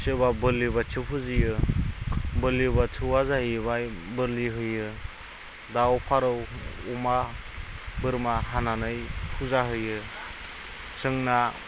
सोरबा बोलि बाथौ फुजियो बोलि बाथौआ जाहैबाय बोलि होयो दाउ फारौ अमा बोरमा हानानै फुजा होयो जोंना